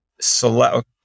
select